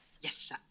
Yes